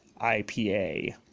IPA